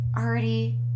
already